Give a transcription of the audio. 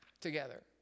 together